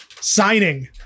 signing